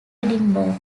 edinburgh